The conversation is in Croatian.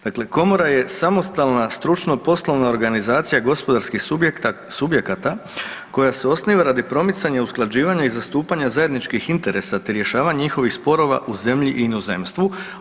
Dakle, Komora je samostalna stručno-poslovna organizacija gospodarskih subjekata koja se osniva radi promicanja, usklađivanja i zastupanja zajedničkih interesa, te rješavanja njihovih sporova u zemlji i inozemstvu.